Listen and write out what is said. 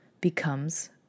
becomes